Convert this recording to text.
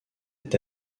est